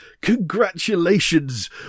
Congratulations